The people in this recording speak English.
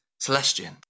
Celestian